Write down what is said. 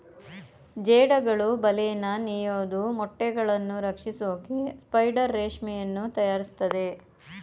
ಜೇಡಗಳು ಬಲೆನ ನೇಯೋದು ಮೊಟ್ಟೆಗಳನ್ನು ರಕ್ಷಿಸೋಕೆ ಸ್ಪೈಡರ್ ರೇಷ್ಮೆಯನ್ನು ತಯಾರಿಸ್ತದೆ